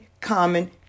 common